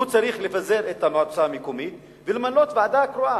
לפזר את המועצה המקומית ולמנות ועדה קרואה.